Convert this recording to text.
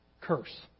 curse